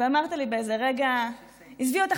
אמרת לי באיזה רגע: עזבי אותך,